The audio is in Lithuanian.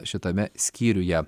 šitame skyriuje